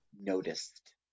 noticed